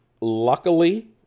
luckily